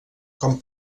com